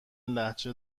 لهجه